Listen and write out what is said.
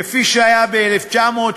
כפי שהיה ב-1985,